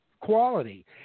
quality